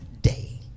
day